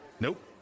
Nope